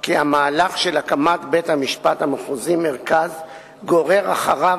כי המהלך של הקמת בית-המשפט המחוזי מרכז גורר אחריו